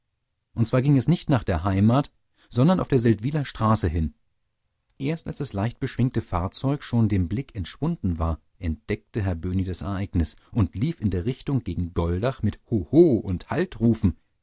und zwar ging es nicht nach der heimat sondern auf der seldwyler straße hin erst als das leichtbeschwingte fahrzeug schon dem blick entschwunden war entdeckte herr böhni das ereignis und lief in der richtung gegen goldach mit hoho und